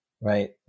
right